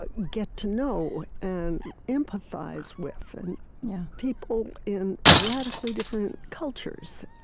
but get to know and empathize with and people in radically different cultures.